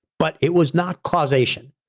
but it was not causation,